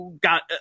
got